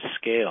scale